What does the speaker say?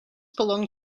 belong